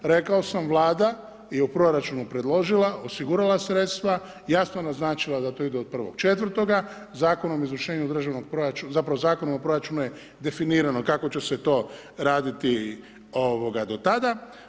Rekao sam, Vlada je u proračunu predložila, osigurala sredstva, jasno naznačila da to ide od 1.4., Zakonom o izvršenju državnog zapravo Zakonom o proračunu je definirano kako će se to raditi do tada.